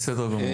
בסדר גמור.